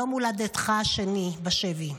יום הולדתך השני בשבי,